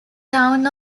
town